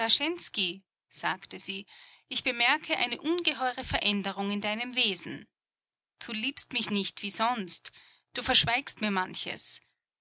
sagte sie ich bemerke eine ungeheure veränderung in deinem wesen du liebst mich nicht wie sonst du verschweigst mir manches